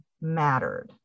mattered